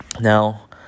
Now